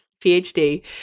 PhD